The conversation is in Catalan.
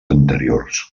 anteriors